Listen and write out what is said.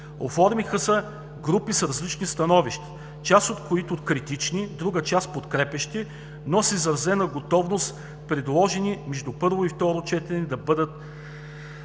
Оформиха се групи с различни становища, част от които критични, друга част подкрепящи, но с изразена готовност за предложения между първо и второ четене. Народният